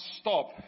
stop